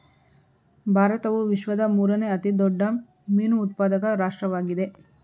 ಭಾರತವು ವಿಶ್ವದ ಮೂರನೇ ಅತಿ ದೊಡ್ಡ ಮೀನು ಉತ್ಪಾದಕ ರಾಷ್ಟ್ರವಾಗಿದೆ